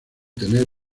tener